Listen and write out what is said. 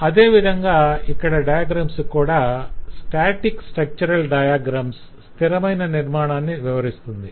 అదే విధంగా ఇక్కడ డయాగ్రమ్స్ కు గూడా - స్టాటిక్ స్ట్రక్చరల్ డయాగ్రమ్స్ స్థిరమైన నిర్మాణాన్ని వివరిస్తుంది